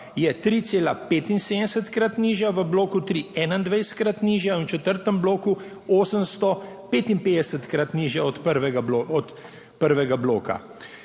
je 3,75-krat nižja, v bloku tri 21-krat nižja in v četrtem bloku 855-krat nižja od prvega bloka.